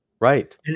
Right